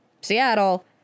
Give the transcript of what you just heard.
Seattle